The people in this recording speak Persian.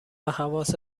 حواست